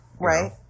right